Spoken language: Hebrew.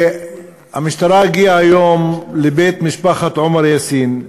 המשטרה הגיעה היום לבית משפחת עומאר יאסין,